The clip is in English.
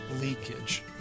leakage